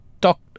talk